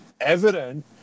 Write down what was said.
evident